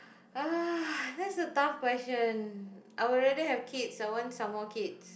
uh that's a tough question I would rather have kids I want some more kids